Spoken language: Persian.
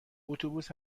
اتوبوس